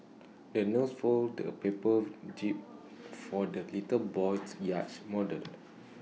the nurse folded A paper jib for the little boy's yacht model